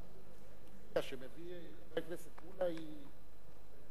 הסטטיסטיקה שמביא חבר הכנסת מולה היא קשה.